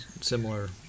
similar